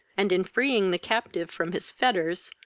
and, in freeing the captive from his fetters,